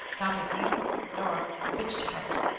not of you nor of mitche-hant,